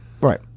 Right